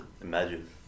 imagine